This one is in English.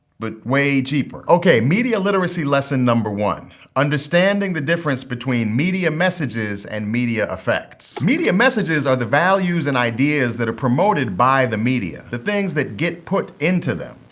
but way cheaper. ok. media literacy lesson one understanding the difference between media messages and media effects. media messages are the values and ideas that are promoted by the media, the things that get put into them.